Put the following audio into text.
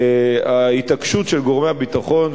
ההתעקשות של גורמי הביטחון,